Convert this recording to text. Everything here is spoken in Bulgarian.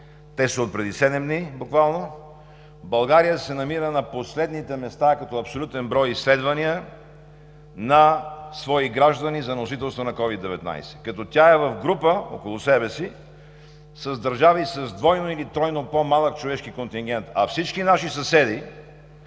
са отпреди седем дни – България се намира на последните места като абсолютен брой изследвания на свои граждани за носителство на COVID-19. Като тя е в група около себе си с държави с двойно или тройно по малък човешки контингент. А всички наши съседи,